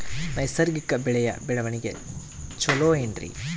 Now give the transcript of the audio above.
ನೈಸರ್ಗಿಕ ಬೆಳೆಯ ಬೆಳವಣಿಗೆ ಚೊಲೊ ಏನ್ರಿ?